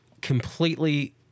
completely